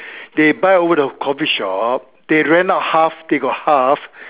they buy over the coffee shop they rent out half they got half